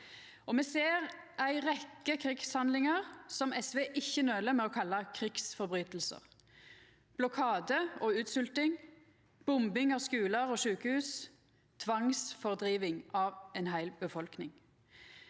Me ser ei rekkje krigshandlingar som SV ikkje nøler med å kalla krigsbrotsverk: blokade og utsvelting, bombing av skular og sjukehus, tvangsfordriving av ei heil befolkning.